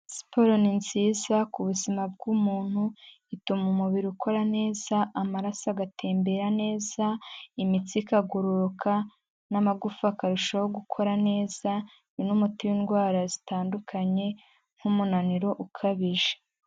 Siporo ni nziza ku buzima bw'umuntu, ituma umubiri ukora neza, amaraso agatembera neza, imitsi ikagororoka n'amagufa akarushaho gukora neza ni n'umuti w'indwara zitandukanye nk'umunaniro ukabije.